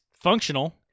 functional